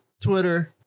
twitter